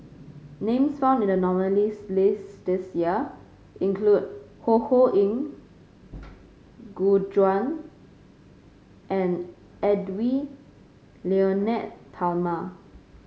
names found in the nominees' list this year include Ho Ho Ying Gu Juan and Edwy Lyonet Talma